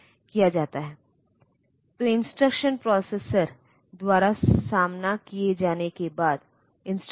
तो वे यहां मल्टिप्लेससेड हैं संदर्भ समय 2127